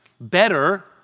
Better